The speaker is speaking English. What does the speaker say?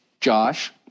Josh